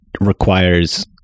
requires